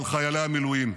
על חיילי המילואים.